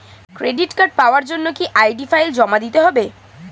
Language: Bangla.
ক্রেডিট কার্ড পাওয়ার জন্য কি আই.ডি ফাইল জমা দিতে হবে?